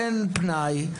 אין פנאי.